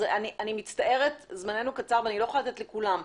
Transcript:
אני מצטערת, זמננו קצר ואני לא יכולה לתת לכולם.